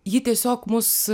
ji tiesiog mus